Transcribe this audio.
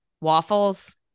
waffles